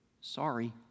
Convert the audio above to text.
sorry